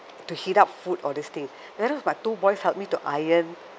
to heat up food all these thing whereas my two boys help me to iron